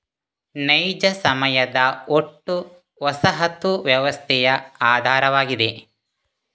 ನೈಜ ಸಮಯದ ಒಟ್ಟು ವಸಾಹತು ವ್ಯವಸ್ಥೆಯ ಆಧಾರವಾಗಿದೆ